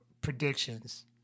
predictions